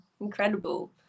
incredible